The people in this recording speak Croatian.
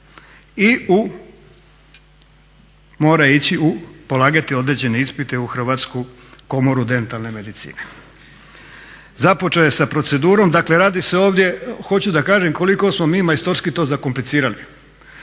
i mora ići polagati određene ispite u Hrvatsku komoru dentalne medicine. Započeo je sa procedurom, dakle radi se ovdje hoću reći koliko smo mi to majstorski to zakomplicirali.